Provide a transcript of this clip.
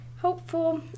Hopeful